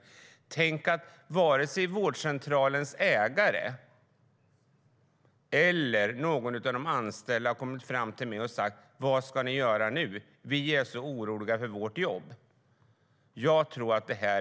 Men tänk att varken vårdcentralens ägare eller någon av de anställda har kommit fram till mig och sagt: Vad ska ni göra nu? Vi är så oroliga för våra jobb. När det gäller